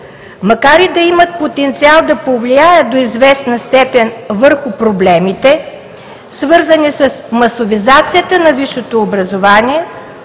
Макар и да имат потенциал да повлияят до известна степен върху проблемите, свързани с масовизацията на висшето образование,